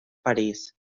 parís